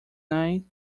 night